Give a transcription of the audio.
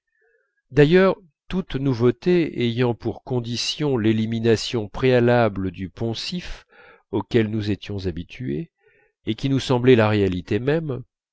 d'ailleurs toute nouveauté ayant pour condition l'élimination préalable du poncif auquel nous étions habitués et qui nous semblait la réalité même